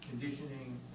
conditioning